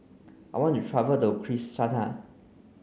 I want to travel to Kinshasa